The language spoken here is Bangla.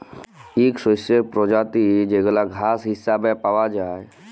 ইক শস্যের পরজাতি যেগলা ঘাঁস হিছাবে পাউয়া যায়